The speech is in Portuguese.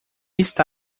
está